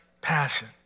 passion